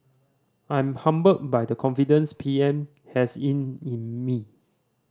I'm humbled by the confidence P M has in in me